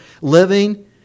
living